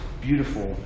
beautiful